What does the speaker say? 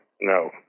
no